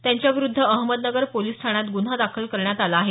त्यांच्याविरुद्ध अहमदनगर पोलिस ठाण्यात गुन्हा दाखल करण्यात आला आहे